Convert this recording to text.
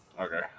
Okay